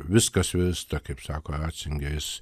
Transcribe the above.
viskas virsta kaip sako ratzingeris